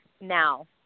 now